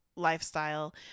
lifestyle